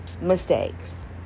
mistakes